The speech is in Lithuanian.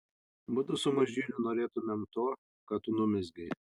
mudu su mažyliu norėtumėm to ką tu numezgei